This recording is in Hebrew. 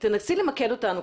תנסי למקד אותנו,